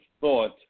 thought